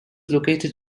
located